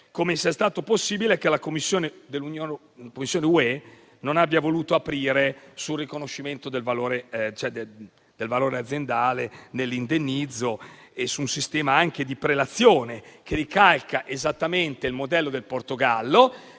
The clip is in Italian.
come sia stato possibile che la Commissione dell'Unione europea non abbia voluto aprire sul riconoscimento del valore aziendale dell'indennizzo e su un sistema anche di prelazione che ricalca esattamente il modello del Portogallo.